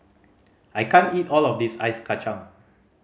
I can't eat all of this Ice Kachang